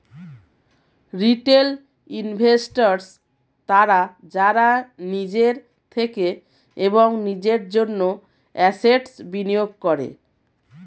retail investors তারা যারা নিজের থেকে এবং নিজের জন্য অ্যাসেট্স্ বিনিয়োগ করে